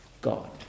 God